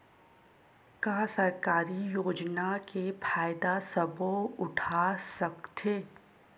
का सरकारी योजना के फ़ायदा सबो उठा सकथे?